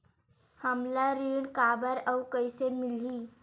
हमला ऋण काबर अउ कइसे मिलही?